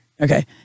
Okay